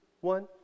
one